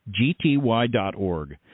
gty.org